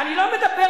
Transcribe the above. מאוד קשה במדינה,